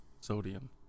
Sodium